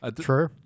True